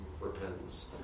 repentance